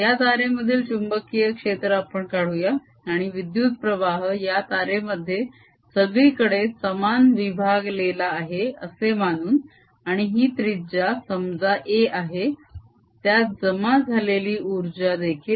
या तारेमधील चुंबकीय क्षेत्र आपण काढूया आणि विद्युत्प्रवाह या तारेमध्ये सगळीकडे समान विभागलेला आहे असे मानून आणि ही त्रिजा समजा a आहे त्यात जमा झालेली उर्जा देखील